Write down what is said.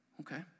Okay